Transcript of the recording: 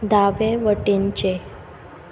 दावे वटेनचें